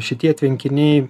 šitie tvenkiniai